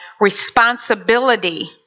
responsibility